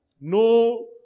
No